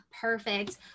Perfect